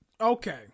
Okay